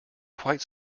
quite